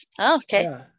Okay